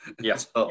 Yes